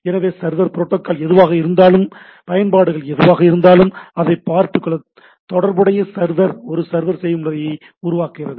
எனவே server protocol எதுவாக இருந்தாலும் சரி பயன்பாடுகள் எதுவாக இருந்தாலும் அதை பார்த்துகொள்ள தொடர்புடைய சர்வர் ஒரு சர்வர் செயல்முறையை உருவாக்குகிறது